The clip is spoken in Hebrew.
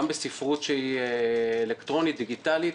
גם בספרות אלקטרונית דיגיטלית.